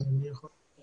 תודה רבה